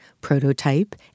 prototype